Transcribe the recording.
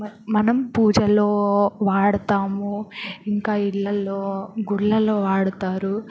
మనం పూజల్లో వాడతాము ఇంకా ఇళ్ళల్లో గుళ్ళల్లో వాడుతారు